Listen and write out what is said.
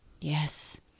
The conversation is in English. Yes